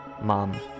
Mom